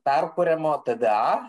perkuriamo tda